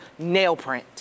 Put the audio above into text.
Nailprint